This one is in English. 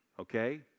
okay